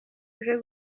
uje